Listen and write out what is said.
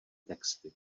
texty